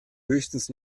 höchstens